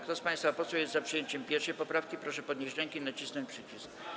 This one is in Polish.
Kto z państwa posłów jest za przyjęciem 1. poprawki, proszę podnieść rękę i nacisnąć przycisk.